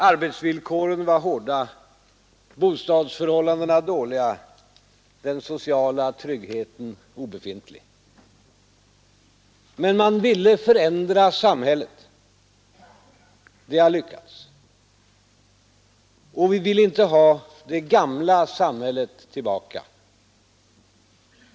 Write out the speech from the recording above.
Arbetsvillkoren var hårda, bostadsförhållandena dåliga, den sociala tryggheten obefintlig. Men man ville förändra samhället. Det har lyckats. Och vi vill inte ha det gamla samhället tillbaka.